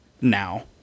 now